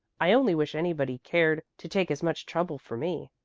i only wish anybody cared to take as much trouble for me.